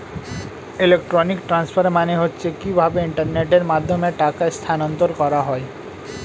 electronic transfer মানে হচ্ছে কিভাবে ইন্টারনেটের মাধ্যমে টাকা স্থানান্তর করা হয়